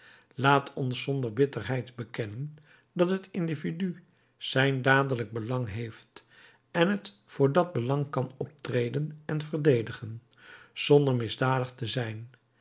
laat ons zonder bitterheid bekennen dat het individu zijn dadelijk belang heeft en het voor dat belang kan optreden en het verdedigen zonder misdadig te zijn